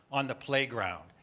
on the playground,